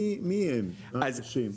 מי הם האנשים?